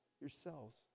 yourselves